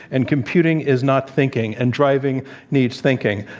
and computing is not thinking, and driving needs thinking.